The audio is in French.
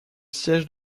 siège